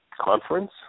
conference